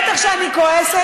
בטח שאני כועסת,